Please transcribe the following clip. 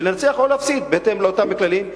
ולנצח או להפסיד בהתאם לאותם כללים.